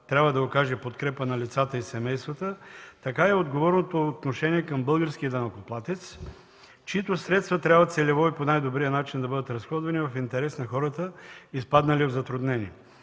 трябва да окаже подкрепа на лицата и семействата, така и отговорното отношение към българския данъкоплатец, чиито средства трябва целево и по най-добрия начин да бъдат разходвани в интерес на хората, изпаднали в затруднение.